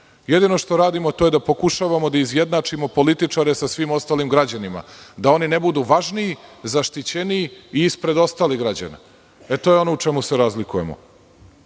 jedino što radimo jeste da pokušavamo da izjednačimo političare sa svim ostalim građanima, da oni ne budu važniji, zaštićeniji i ispred ostalih građana. To je ono u čemu se razlikujemo. Kažete